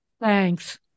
Thanks